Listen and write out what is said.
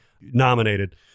nominated